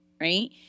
right